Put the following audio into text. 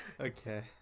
Okay